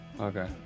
Okay